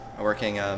working